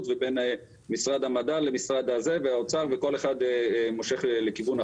ובין משרד המדע למשרד האוצר וכל אחד מושך לכיוון אחר.